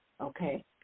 Okay